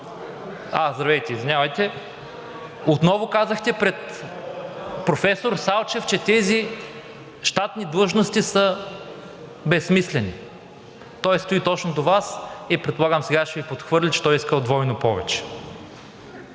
Петров, отново казахте пред професор Салчев, че тези щатни длъжности са безсмислени. Той стои точно до Вас и предполагам, че сега ще Ви подхвърли, че той е искал двойно повече.